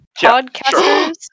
podcasters